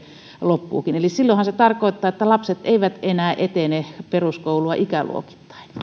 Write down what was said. loppuukin eli silloinhan se tarkoittaa että lapset eivät enää etene peruskoulua